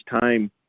time